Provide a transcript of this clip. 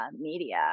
media